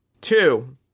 Two